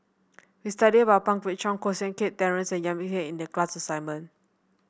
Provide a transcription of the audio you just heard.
we studied about Pang Guek Cheng Koh Seng Kiat Terence and Baey Yam Keng in the class assignment